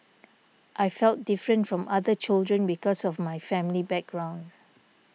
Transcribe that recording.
I felt different from other children because of my family background